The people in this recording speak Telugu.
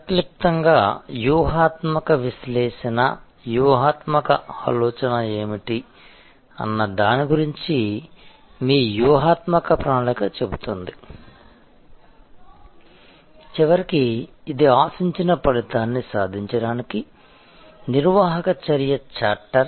సంక్షిప్తంగా వ్యూహాత్మక విశ్లేషణ వ్యూహాత్మక ఆలోచన ఏమిటి అన్న దాని గురించి మీ వ్యూహాత్మక ప్రణాళిక చెబుతుంది చివరికి ఇది ఆశించిన ఫలితాన్ని సాధించడానికి నిర్వాహక చర్య చార్టర్